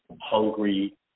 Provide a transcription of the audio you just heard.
hungry